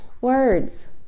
words